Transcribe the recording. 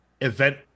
event